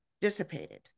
dissipated